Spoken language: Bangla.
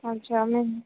আচ্ছা আমি